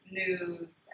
news